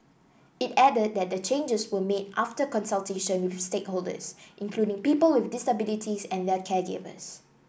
it added that changes were made after consultation with stakeholders including people with disabilities and their caregivers